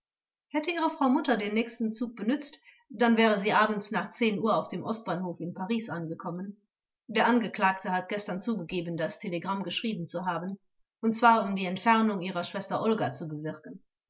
hätte ihre frau mutter den nächsten zug benützt dann wäre sie abends nach zehn uhr auf dem ostbahnhof in paris angekommen der angeklagte hat gestern zugegeben das telegramm geschrieben zu haben und zwar um die entfernung ihrer schwester olga zu bewirken